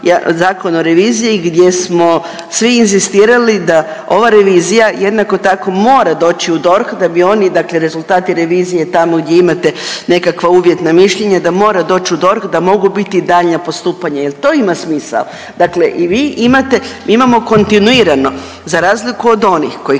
Zakon o reviziji gdje smo svi inzistirali da ova revizija jednako tako mora doći u DORH da bi oni, dakle rezultati revizije tamo gdje imate nekakva uvjetna mišljenja da mora doć u DORH da mogu biti daljnja postupanja jel to imao smisao, dakle i vi imate, mi imamo kontinuirano za razliku od onih koji